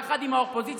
יחד עם האופוזיציה,